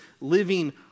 living